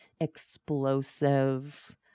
explosive